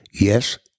Yes